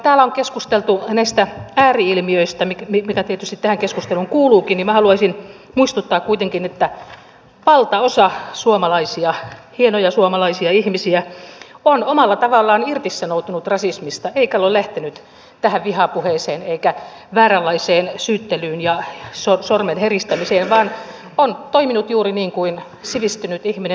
täällä on keskusteltu näistä ääri ilmiöistä mikä tietysti tähän keskusteluun kuuluukin mutta minä haluaisin muistuttaa kuitenkin että valtaosa suomalaisista hienoja suomalaisia ihmisiä on omalla tavallaan irtisanoutunut rasismista eikä ole lähtenyt tähän vihapuheeseen eikä vääränlaiseen syyttelyyn ja sormenheristämiseen vaan on toiminut juuri niin kuin sivistynyt ihminen toimiikin